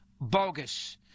bogus